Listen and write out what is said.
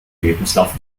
lebenslauf